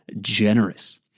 generous